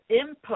input